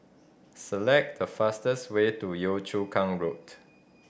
select the fastest way to Yio Chu Kang Road